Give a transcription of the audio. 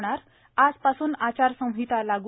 होणार आजपासून आचारसंहिता लागू